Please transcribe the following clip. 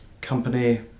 company